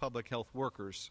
public health workers